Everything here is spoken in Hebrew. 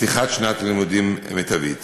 לפתיחת שנת לימודים מיטבית.